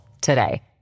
today